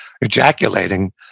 ejaculating